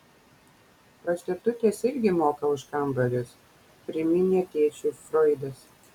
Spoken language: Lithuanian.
prostitutės irgi moka už kambarius priminė tėčiui froidas